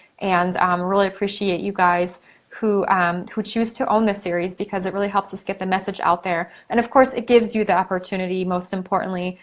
and i um really appreciate you guys who who choose to own the series because it really helps us get the message out there. and of course, it gives you the opportunity, most importantly,